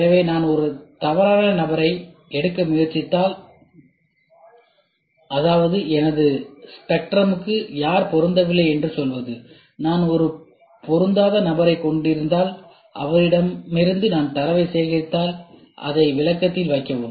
எனவே நான் ஒரு தவறான நபரை எடுக்க முயற்சித்தால் அதாவது எனது ஸ்பெக்ட்ரமுக்கு யார் பொருந்தவில்லை என்று சொல்வது நான் ஒரு பொருந்தாத நபரை கொண்டிருந்தால் அவரிடமிருந்து நான் தரவை சேகரித்தால் அதை விளக்கத்தில் வைக்கவும்